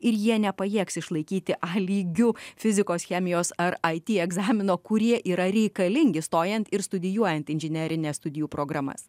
ir jie nepajėgs išlaikyti a lygiu fizikos chemijos ar it egzamino kurie yra reikalingi stojant ir studijuojant inžinerines studijų programas